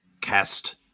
cast